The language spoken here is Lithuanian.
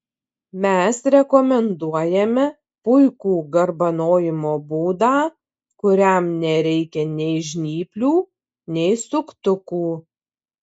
mes rekomenduojame puikų garbanojimo būdą kuriam nereikia nei žnyplių nei suktukų